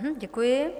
Děkuji.